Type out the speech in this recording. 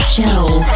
Show